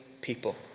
people